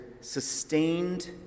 sustained